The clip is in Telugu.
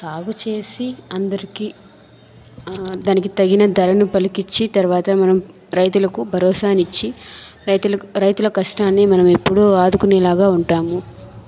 సాగు చేసి అందరికి దానికి తగిన ధరను పలికిచ్చి తరువాత మనం రైతులకు భరోసానిచ్చి రైతుల రైతుల కష్టాన్ని మనమెప్పుడు ఆదుకొనేలాగా ఉంటాము